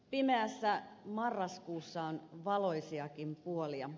pimeässä marraskuussa on valoisiakin puolia